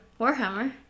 Warhammer